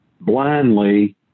blindly